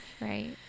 Right